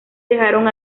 dejaron